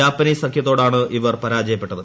Japanese സഖ്യത്തോടാണ് ഇവർ പരാജയപ്പെട്ടത്